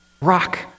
rock